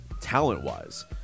talent-wise